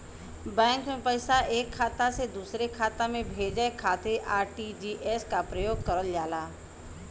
bank में पैसा एक खाता से दूसरे खाता में भेजे खातिर आर.टी.जी.एस क प्रयोग करल जाला